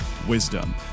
wisdom